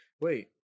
Wait